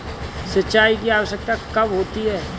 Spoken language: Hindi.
सिंचाई की आवश्यकता कब होती है?